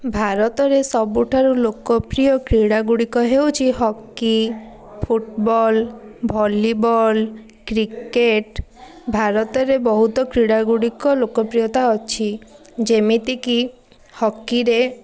ଭାରତରେ ସବୁଠାରୁ ଲୋକପ୍ରିୟ କ୍ରୀଡ଼ାଗୁଡ଼ିକ ହେଉଛି ହକି ଫୁଟ୍ବଲ୍ ଭଲିବଲ୍ କ୍ରିକେଟ୍ ଭାରତରେ ବହୁତ କ୍ରୀଡ଼ାଗୁଡ଼ିକ ଲୋକପ୍ରିୟତା ଅଛି ଯେମିତିକି ହକିରେ